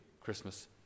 christmas